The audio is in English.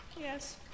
Yes